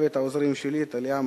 לצוות העוזרים שלי: טליה,